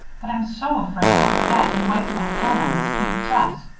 but i'm so afraid i'll forget and wipe my pen on this pink dress.